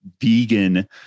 vegan